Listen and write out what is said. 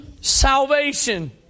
salvation